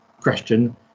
question